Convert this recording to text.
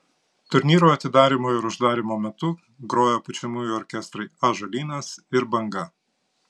turnyro atidarymo ir uždarymo metu grojo pučiamųjų orkestrai ąžuolynas ir banga